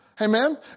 Amen